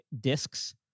discs